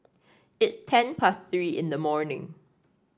its ten past Three in the morning